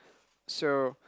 so